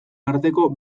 arteko